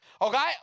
okay